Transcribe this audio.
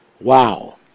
Wow